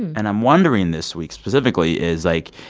and i'm wondering this week specifically, is, like,